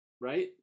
right